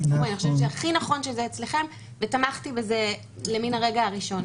אני חושבת שהכי נכון שזה אצלכם ותמכתי בזה למן הרגע הראשון.